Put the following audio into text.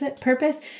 purpose